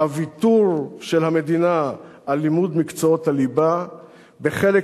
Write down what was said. הוויתור של המדינה על לימוד מקצועות הליבה בחלק